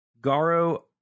Garo